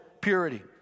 purity